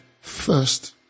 first